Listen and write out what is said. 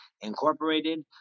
Incorporated